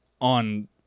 on